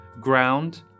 ground